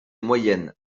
moyenne